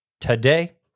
today